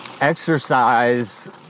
exercise